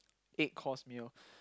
eight course meal